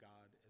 God